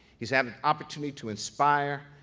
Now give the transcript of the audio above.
he's had an opportunity to inspire,